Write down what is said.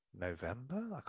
November